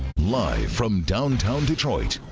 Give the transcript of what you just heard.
live from downtown detroit,